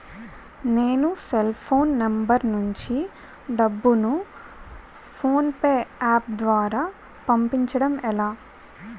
నేను cell phone number నుంచి డబ్బును ను ఫోన్పే అప్ ద్వారా పంపించడం ఎలా?